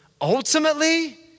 ultimately